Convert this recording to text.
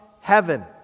heaven